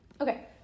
Okay